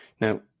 Now